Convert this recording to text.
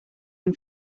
him